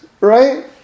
Right